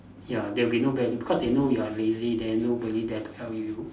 ya there will nobody because they know you are lazy then nobody there to help you